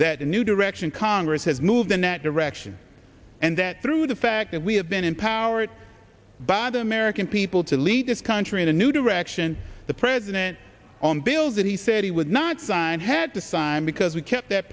that a new direction congress has moved in that direction and that through the fact that we have been empowered by the american people to lead this country in a new direction the president on bills that he said he would not sign had to sign because we kept that